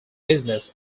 business